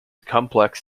complex